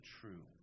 true